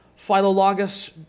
Philologus